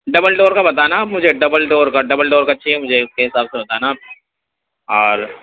double door کا بتانا آپ مجھے ڈبل ڈور کا ڈبل ڈور کا چاہیے مجھے اس کے حساب سے بتانا آپ اور